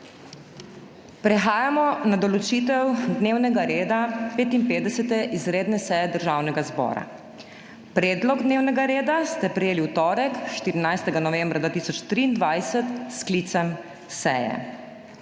Prehajamo na določitev dnevnega reda 55. izredne seje Državnega zbora. Predlog dnevnega reda ste prejeli v torek, 14. novembra 2023 s sklicem seje.